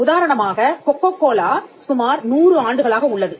உதாரணமாக கொக்கோகோலா சுமார் நூறு ஆண்டுகளாக உள்ளது